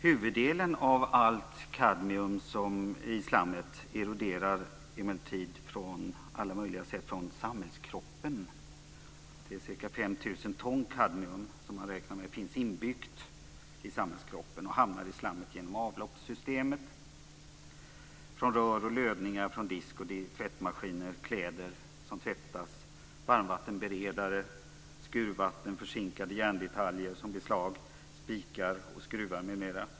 Huvuddelen av allt kadmium i slammet eroderar emellertid på alla möjliga sätt från samhällskroppen. Man räknar med att ca 5 000 ton kadmium finns i samhällskroppen och hamnar i slammet genom avloppssystemet - från rör och lödningar, disk och tvättmaskiner och kläder som tvättas och från varmvattenberedare, skurvatten, förzinkade järndetaljer, såsom beslag, spikar, skruvar m.m.